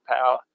power